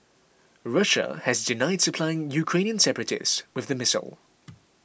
Russia has denied supplying Ukrainian separatists with the missile